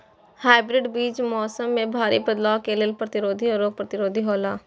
hybrid बीज मौसम में भारी बदलाव के लेल प्रतिरोधी और रोग प्रतिरोधी हौला